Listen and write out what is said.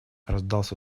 раздался